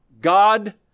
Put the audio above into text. God